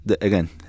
again